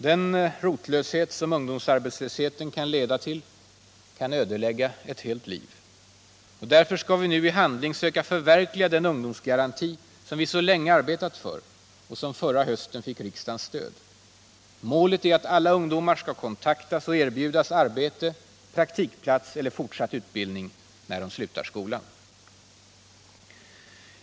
Den rotlöshet som ungdomsarbetslösheten kan leda till kan ödelägga ett helt liv. Därför skall vi nu i handling söka förverkliga den ungdomsgaranti som vi så länge arbetat för och som förra hösten fick riksdagens stöd. Målet är att alla ungdomar skall kontaktas och erbjudas arbete, praktikplats eller fortsatt utbildning när de slutar skolan.